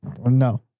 no